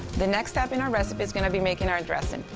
the next step in our recipe is going to be making our dressing.